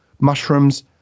mushrooms